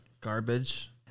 Garbage